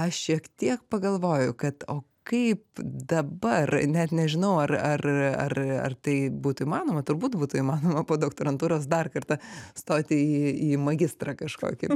aš šiek tiek pagalvoju kad o kaip dabar net nežinau ar ar ar ar tai būtų įmanoma turbūt būtų įmanoma po doktorantūros dar kartą stoti į magistrą kažkokį